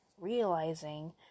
Realizing